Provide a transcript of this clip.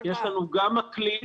יש לנו גם מקליט,